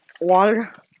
water